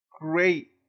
great